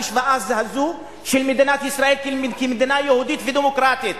המשוואה הזאת של מדינת ישראל כמדינה יהודית ודמוקרטית.